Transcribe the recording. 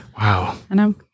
Wow